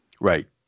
Right